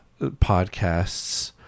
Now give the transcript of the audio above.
podcasts